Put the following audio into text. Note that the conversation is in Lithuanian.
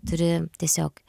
turi tiesiog